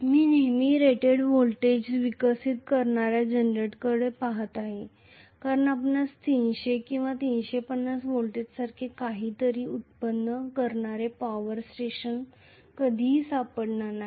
मी नेहमी rated voltage विकसित करणाऱ्या जनरेटरकडे पहात आहे कारण आपणास 300 किंवा 350 व्होल्टसारखे काहीतरी उत्पन्न करणारे पॉवर स्टेशन कधीही सापडणार नाही